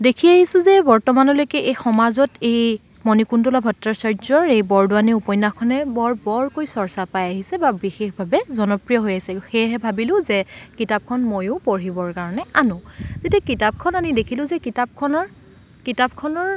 দেখি আহিছোঁ যে বৰ্তমানলৈকে এই সমাজত এই মণিকুন্তলা ভট্টাচাৰ্যৰ এই বৰদোৱানী উপন্যাসখনে বৰ বৰকৈ চৰ্চা পাই আহিছে বা বিশেষভাৱে জনপ্ৰিয় হৈ আছে সেয়েহে ভাবিলোঁ যে কিতাপখন ময়ো পঢ়িবৰ কাৰণে আনো যেতিয়া কিতাপখন আনি দেখিলোঁ যে কিতাপখনৰ কিতাপখনৰ